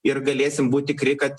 ir galėsim būt tikri kad